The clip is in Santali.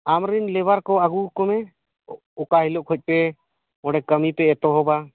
ᱟᱢ ᱨᱮᱱ ᱞᱮᱵᱟᱨ ᱠᱚ ᱟᱹᱜᱩ ᱠᱚᱢᱮ ᱚᱠᱟ ᱦᱤᱞᱳ ᱠᱷᱚᱱ ᱯᱮ ᱚᱸᱰᱮ ᱠᱟᱹᱢᱤ ᱯᱮ ᱮᱛᱚᱦᱚᱵᱟ